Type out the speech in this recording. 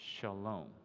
Shalom